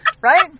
Right